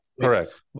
correct